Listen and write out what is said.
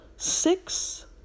six